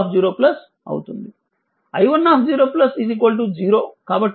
i10 0 కాబట్టి iC0 i20 0 అవుతుంది